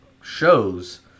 shows